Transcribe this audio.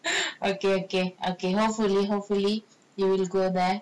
okay okay okay hopefully hopefully you will go there